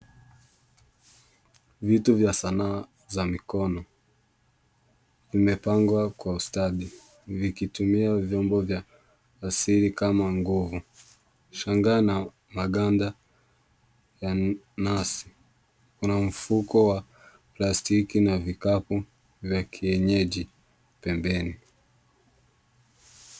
Vitu vya sanaa za mikono, vimepangwa kwa ustadi ,Vikitumia vyombo vya asili kama ngovu, shanga, na maganda ya nazi, kuna mfuko wa plastiki na vikapu vya kienyeji pembeni .